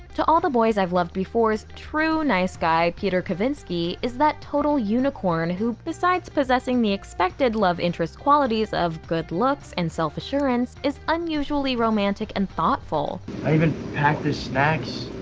to all the boys i've loved before's true nice guy peter kavinsky is that total unicorn who, besides possessing the expected love interest qualities of good looks and self-assurance, is unusually romantic and thoughtful. i even packed the snacks.